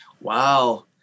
Wow